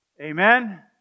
Amen